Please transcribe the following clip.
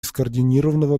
скоординированного